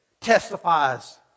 testifies